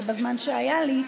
בזמן הקצר שהיה לי.